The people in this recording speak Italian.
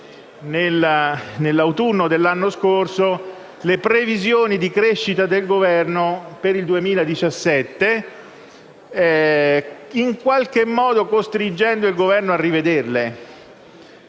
nell'autunno dell'anno scorso, le previsioni di crescita del Governo per il 2017, in qualche modo costringendolo a rivederle.